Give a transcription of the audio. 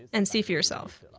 and see for yourself.